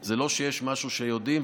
זה לא שיש משהו שיודעים,